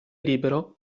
libero